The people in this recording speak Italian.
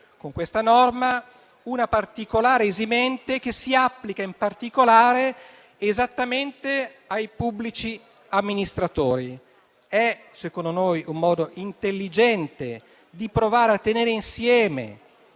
si prevede cioè una particolare esimente che si applica in particolare esattamente ai pubblici amministratori. Secondo noi è un modo intelligente di provare a tenere insieme